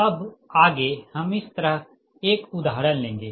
अब आगे हम इस तरह एक उदाहरण लेंगे